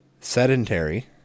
Sedentary